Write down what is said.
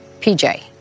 PJ